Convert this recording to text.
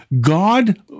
God